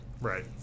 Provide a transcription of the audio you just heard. right